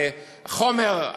על חומר,